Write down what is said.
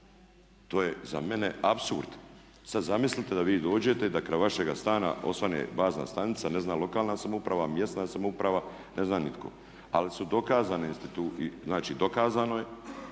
to je za mene apsurd. Sad zamislite da vi dođete i da kraj vašega stana osvane bazna stanica, ne zna lokalna samouprava, mjesna samouprava, ne zna nitko. Ali su dokazane, znači dokazano je,